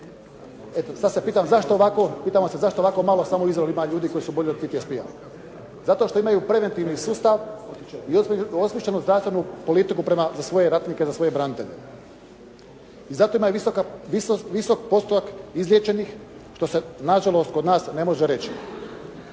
ovako, pitamo se zašto ovako malo samo u Izraelu ima ljudi koji su oboljeli od PTSP-a? Zato što imaju preventivni sustav i osvješćenju zdravstvenu politiku za svoje ratnike, za svoje branitelje. I zato ima i visok postotak izliječenih, što se nažalost kod nas ne može reći.